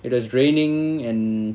it was raining and